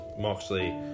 Moxley